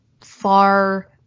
far